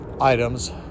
items